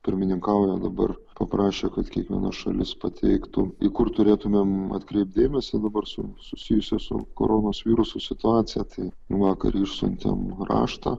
pirmininkauja dabar paprašė kad kiekviena šalis pateiktų į kur turėtumėm atkreipt dėmesį dabar su susijusia su koronos virusu situacija tai vakar išsiuntėm raštą